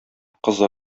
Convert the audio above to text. кызы